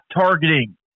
targeting